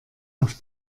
auf